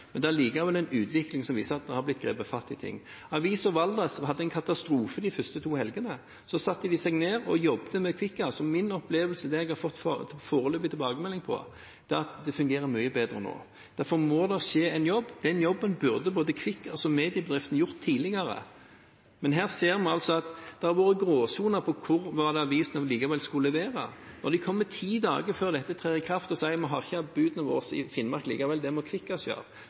men det er likevel en utvikling som viser at det har blitt grepet fatt i ting. Avisa Valdres opplevde det som en katastrofe de to første helgene. Så satte de seg ned og jobbet med Kvikkas, og min opplevelse og det jeg har fått foreløpige tilbakemeldinger om, er at det fungerer mye bedre nå. Derfor må det gjøres en jobb. Den jobben burde både Kvikkas og mediebedriftene ha gjort tidligere. Men vi ser her at det har vært gråsoner når det gjelder hvor avisene skulle levere. Når man kommer ti dager før dette trer i kraft og sier at man ikke har bud i Finnmark likevel, og at dette må